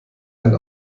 ein